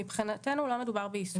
מבחינתנו לא מדובר בעיסוק.